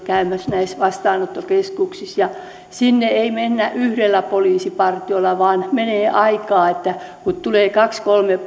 näissä vastaanottokeskuksissa sinne ei mennä yhdellä poliisipartiolla vaan menee aikaa että tulee kaksi kolme